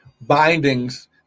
bindings